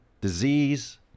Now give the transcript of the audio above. disease